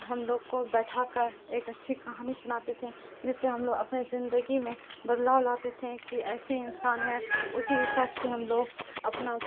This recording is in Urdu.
ہم لوگ کو بیٹھا کر ایک اچھی کہانی سناتے تھے جس سے ہم لوگ اپنے زندگی میں بدلاؤ لاتے تھے کہ ایسے انسان ہے اسی حساب سے ہم لوگ اپنا